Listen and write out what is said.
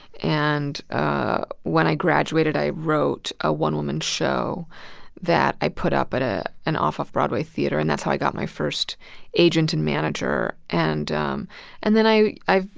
and ah when i graduated, i wrote a one-woman show that i put up at at an off-of-broadway theater. and that's how i got my first agent and manager. and um and then i've,